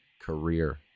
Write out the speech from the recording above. career